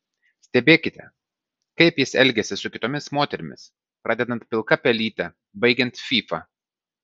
stebėkite kaip jis elgiasi su kitomis moterimis pradedant pilka pelyte baigiant fyfa